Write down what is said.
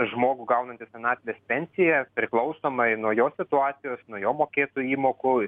žmogų gaunantį senatvės pensiją priklausomai nuo jo situacijos nuo jo mokėtų įmokų